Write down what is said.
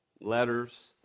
letters